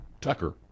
Tucker